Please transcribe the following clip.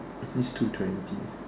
it needs two twenty